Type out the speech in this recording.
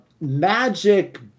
magic